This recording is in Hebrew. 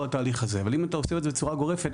התהליך הזה אבל אם אתה עושה את זה בצורה גורפת,